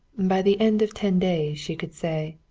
by the end of ten days she could say